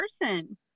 person